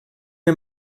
mir